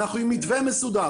אנחנו עם מתווה מסודר,